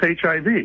HIV